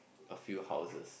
a few houses